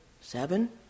seven